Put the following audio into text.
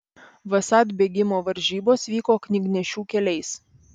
vsat bėgimo varžybos vyko knygnešių keliais